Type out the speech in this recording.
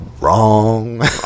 wrong